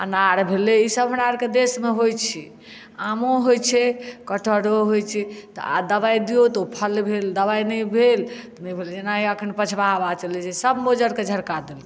अनार भेलै ईसब हमरा आरके देश मे होइ छै आमो होइ छै कठहरो होइ छै तऽ आ दवाइ दियौ तऽ ओ फल भेल दवाइ नहि भेल तऽ नहि भेल जेना अखन पछबा हवा चलै छै सब मज्जर के झरका देलकै